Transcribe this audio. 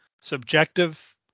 Subjective